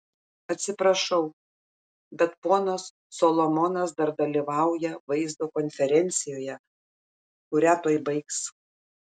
atsiprašau bet ponas solomonas dar dalyvauja vaizdo konferencijoje kurią tuoj baigs